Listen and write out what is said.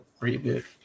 reboot